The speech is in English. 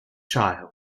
child